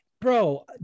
bro